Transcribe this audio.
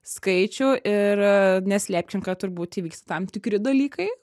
skaičių ir neslėpkim kad turbūt įvyks tam tikri dalykai